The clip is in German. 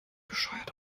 bescheuert